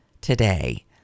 today